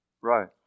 Right